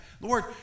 Lord